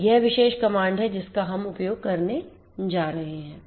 तोयह विशेष कमांड है जिसका हम उपयोग करने जा रहे हैं